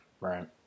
right